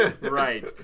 Right